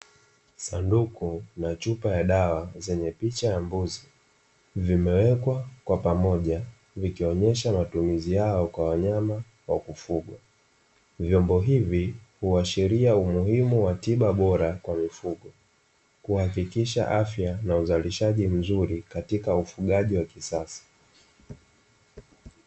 Sanduku la chupa za dawa zenye picha ya mbuzi, zimewekwa kwa pamoja zikionyesha matumizi yao kwa wanyama wa kufugwa. Vyombo hivi huashiria umuhimu wa tiba bora kwa mifugo, kuhakikisha afya na uzalishaji mzuri katika ufugaji wa kisasa.